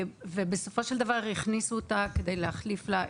-- בסופו של דבר הכניסו אותה כדי להחליף לה,